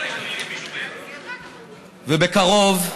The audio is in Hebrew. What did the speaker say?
ובקרוב,